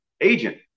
agent